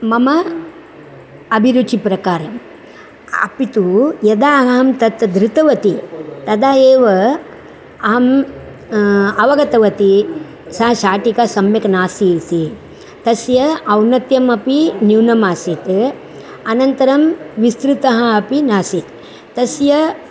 मम अभिरुचेः प्रकारेण अपि तु यदा अहं तत् धृतवती तदा एव अहम् अवगतवती सा शाटिका सम्यक् नासीत् इति तस्य औनत्यम् अपि न्यूनम् आसीत् अनन्तरं विस्तृतः अपि नासीत् तस्य